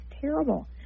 terrible